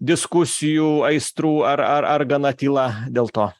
diskusijų aistrų ar ar ar gana tyla dėl to